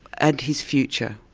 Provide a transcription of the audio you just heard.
and his future?